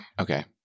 Okay